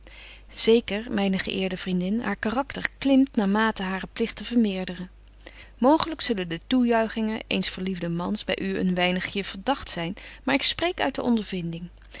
zeker myne geëerde vriendin haar karakter klimt naar mate hare pligten vermeerderen mooglyk zullen de toejuichingen eens verliefden mans by u een weinigje verdagt zyn maar ik spreek uit de ondervinding